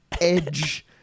edge